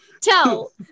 tell